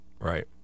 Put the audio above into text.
Right